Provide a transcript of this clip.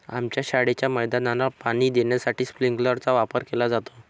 आमच्या शाळेच्या मैदानाला पाणी देण्यासाठी स्प्रिंकलर चा वापर केला जातो